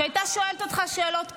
שהייתה שואלת אותך שאלות קשות.